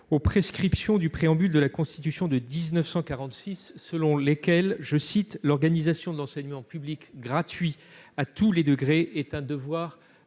aux prescriptions du préambule de la Constitution de 1946, aux termes duquel « l'organisation de l'enseignement public gratuit à tous les degrés est un devoir